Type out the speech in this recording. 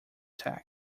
tech